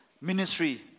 ministry